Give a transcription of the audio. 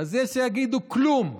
אז יש שיגידו, כלום,